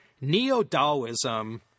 Neo-Daoism